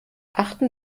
achten